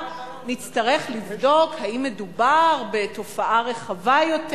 שנצטרך לבדוק אם מדובר בתופעה רחבה יותר.